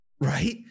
right